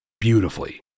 beautifully